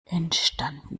entstanden